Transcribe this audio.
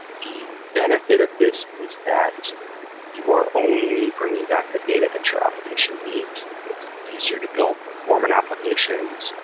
the benefit of this is that you are only bringing back the data that your application needs, makes it easier to build performant applications,